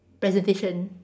presentation